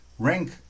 rank